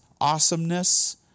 awesomeness